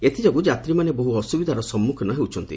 ଏଥିଯୋଗୁଁ ଯାତ୍ରୀମାନେ ବହୁ ଅସୁବିଧାର ସମ୍ମୁଖୀନ ହେଉଛନ୍ତି